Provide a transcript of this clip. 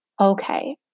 Okay